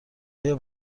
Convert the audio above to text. آیا